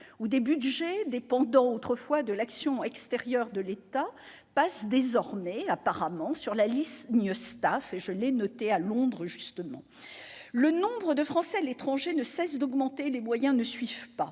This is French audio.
où des budgets dépendant autrefois de l'action extérieure de l'État passent désormais sur la ligne STAFE. Je l'ai noté à Londres justement. Le nombre de Français à l'étranger ne cesse d'augmenter, et les moyens ne suivent pas.